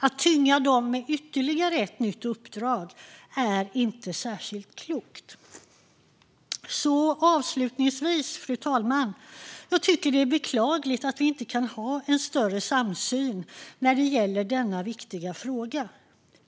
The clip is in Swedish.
Att tynga dem med ytterligare ett nytt uppdrag är inte särskilt klokt. Fru talman! Jag tycker att det är beklagligt att vi inte kan ha en större samsyn i denna viktiga fråga.